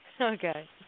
Okay